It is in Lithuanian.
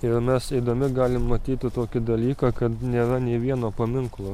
ir mes eidami galim matyti tokį dalyką kad nėra nei vieno paminklo